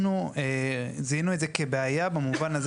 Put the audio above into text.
אנחנו זיהינו את זה כבעיה במובן הזה